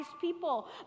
people